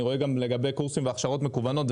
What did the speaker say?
אני רואה גם קורסים והכשרות מקוונות,